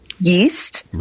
yeast